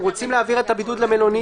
רוצים להעביר את הבידוד במלונית?